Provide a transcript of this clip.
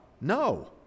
No